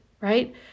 right